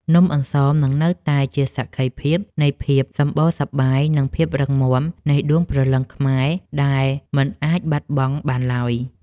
នំអន្សមនឹងនៅតែជាសក្ខីភាពនៃភាពសម្បូរសប្បាយ និង ភាពរឹងមាំនៃដួងព្រលឹងខ្មែរដែលមិនអាចបាត់បង់បានឡើយ។